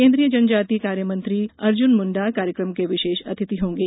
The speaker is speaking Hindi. केन्द्रीय जनजाति कार्य मंत्री अर्जुन मुण्डा कार्यक्रम के विशेष अतिथि होंगे